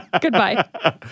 Goodbye